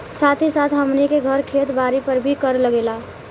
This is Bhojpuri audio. साथ ही साथ हमनी के घर, खेत बारी पर भी कर लागेला